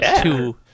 two